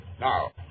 Now